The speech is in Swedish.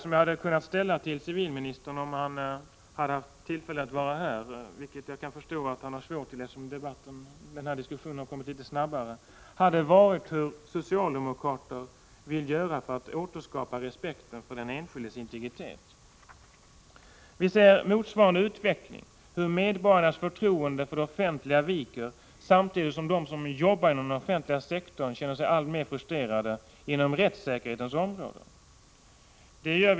Om civilministern haft tillfälle att vara här, vilket jag kan förstå att han har svårt att vara, eftersom den här diskussionen kommit litet snabbare än beräknat, skulle jag ha frågat honom vad socialdemokraterna vill göra för att återskapa respekten för den enskildes integritet. Motsvarande utveckling — hur medborgarnas förtroende för det offentliga viker, samtidigt som de som arbetar inom den offentliga sektorn känner sig alltmer frustrerade — ser vi inom rättssäkerhetens område.